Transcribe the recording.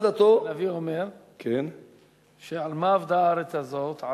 הנביא אומר: על מה אבדה הארץ הזאת?